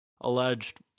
Alleged